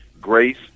grace